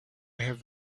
have